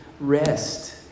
Rest